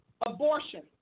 Abortion